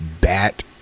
bat